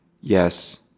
Yes